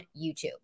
YouTube